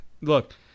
Look